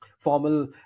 formal